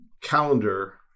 calendar